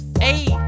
eight